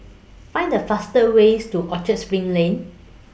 Find The fastest Way to Orchard SPRING Lane